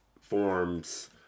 forms